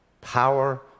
power